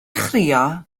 chrio